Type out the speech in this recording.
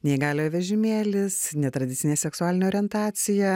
neįgaliojo vežimėlis netradicinė seksualinė orientacija